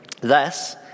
Thus